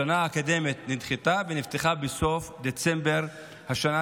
השנה האקדמית נדחתה ונפתחה בסוף דצמבר השנה,